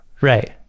Right